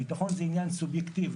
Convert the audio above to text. ביטחון זה עניין סובייקטיבי.